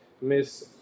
Miss